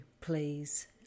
please